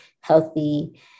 healthy